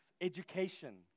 education